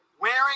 Wearing